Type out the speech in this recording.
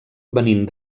venint